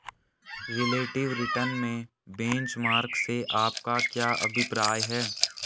Relative return में benchmark से आपका क्या अभिप्राय है?